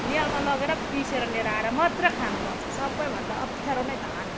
मिलमा लगेर पिसेर लिएर आएर मात्रै खान पाउँछ सबैभन्दा अप्ठ्यारो नै धान हो